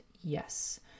yes